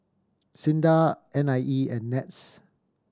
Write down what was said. SINDA N I E and NETS